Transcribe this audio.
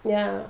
ya